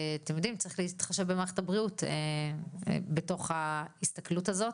אתם יודעים - צריך להתחשב במערכת הבריאות בתוך ההסתכלות הזאת,